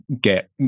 get